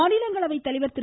மாநிலங்களவைத் தலைவர் திரு